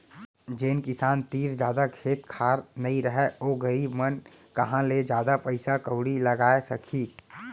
जेन किसान तीर जादा खेत खार नइ रहय ओ गरीब मन कहॉं ले जादा पइसा कउड़ी लगाय सकहीं